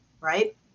right